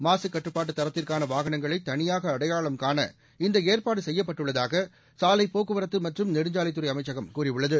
மாசு கட்டுப்பாட்டு தரத்திற்கான வாகனங்களை தனியாக அடையாளம் காண இந்த ஏற்பாடு செய்யப்பட்டுள்ளதாக சாலை போக்குவரத்து மற்றும் நெடுஞ்சாலைத்துறை அமைச்சகம் கூறியுள்ளது